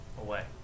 away